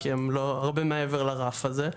כי הם לא הרבה מעבר לרף הזה,